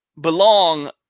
belong